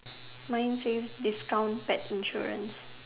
mine says discount pet insurance